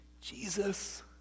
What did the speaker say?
Jesus